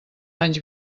anys